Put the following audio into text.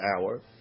hour